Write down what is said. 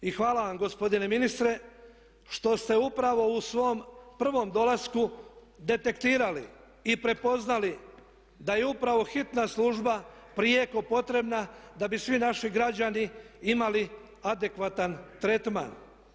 I hvala vam gospodine ministre što ste upravo u svom prvom dolasku detektirali i prepoznali da je upravo hitna služba prijeko potrebna da bi svi naši građani imali adekvatan tretman.